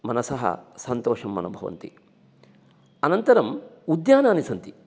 मनसः सन्तोषम् अनुभवन्ति अनन्तरम् उद्यानानि सन्ति